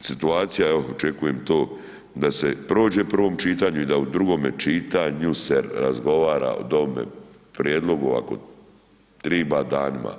situacija, evo očekujem to da se prođe u prvom čitanju i da u drugome čitanju se razgovara o ovome prijedlogu ako treba danima.